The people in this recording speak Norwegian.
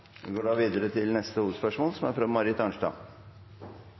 Vi går da videre til neste hovedspørsmål.